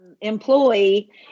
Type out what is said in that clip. Employee